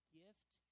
gift